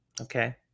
Okay